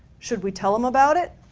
should we tell them about it?